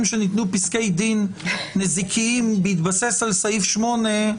שניתנו פסקי דין נזיקיים בהתבסס על סעיף 8,